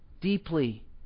deeply